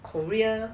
korea